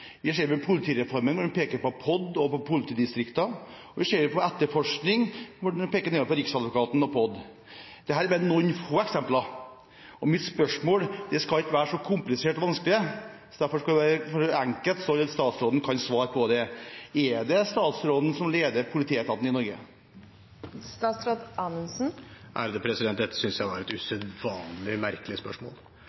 vi ser det ved politireformen, hvor han peker på POD og på politidistriktene, og vi ser det på etterforskning, hvor han peker nedover på Riksadvokaten og POD. Dette er bare noen få eksempler. Mitt spørsmål skal ikke være så komplisert og vanskelig; det skal være enkelt, så statsråden kan svare på det. Er det statsråden som leder politietaten i Norge? Dette synes jeg var et usedvanlig merkelig spørsmål.